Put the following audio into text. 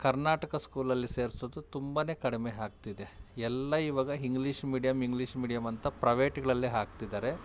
ಕರ್ನಾಟಕ ಸ್ಕೂಲಲ್ಲಿ ಸೇರಿಸೋದು ತುಂಬನೇ ಕಡಿಮೆ ಆಗ್ತಿದೆ ಎಲ್ಲ ಇವಾಗ ಹಿಂಗ್ಲಿಷ್ ಮೀಡಿಯಮ್ ಇಂಗ್ಲಿಷ್ ಮೀಡಿಯಮ್ ಅಂತ ಪ್ರವೇಟ್ಗಳಲ್ಲಿ ಹಾಕ್ತಿದ್ದಾರೆ